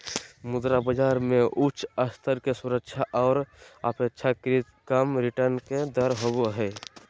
मुद्रा बाजार मे उच्च स्तर के सुरक्षा आर अपेक्षाकृत कम रिटर्न के दर होवो हय